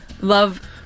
love